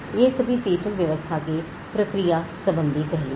यह सभी पेटेंट व्यवस्था के प्रक्रिया संबंधी पहलू हैं